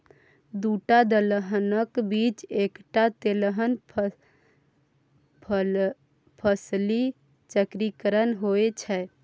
दूटा दलहनक बीच एकटा तेलहन फसली चक्रीकरण होए छै